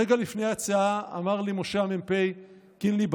רגע לפני היציאה אמר לי משה המ"פ: קינלי,